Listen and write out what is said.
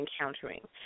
encountering